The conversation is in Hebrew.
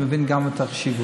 אני מבין גם את החשיבות.